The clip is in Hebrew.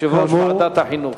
יושב-ראש ועדת החינוך.